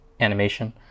animation